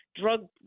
drug